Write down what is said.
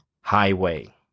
Highway